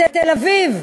בתל-אביב.